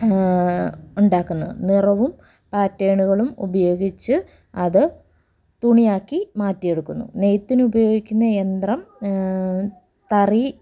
ഉണ്ടാക്കുന്നത് നിറവും പാറ്റേണുകളും ഉപയോഗിച്ച് അത് തുണിയാക്കി മാറ്റിയെടുക്കുന്നു നെയ്ത്തിന് ഉപയോഗിക്കുന്ന യന്ത്രം തറി